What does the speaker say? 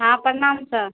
हाँ प्रणाम सर